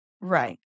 Right